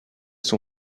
son